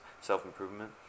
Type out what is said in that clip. self-improvement